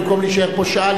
במקום להישאר פה שעה,